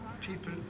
people